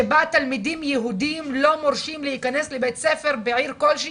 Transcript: שבה תלמידים יהודים לא מורשים להיכנס לבית ספר בעיר כלשהו,